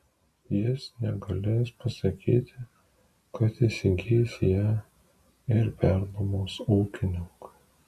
jis negalės pasakyti kad įsigys ją ir pernuomos ūkininkui